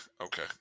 Okay